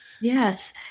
Yes